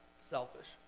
selfish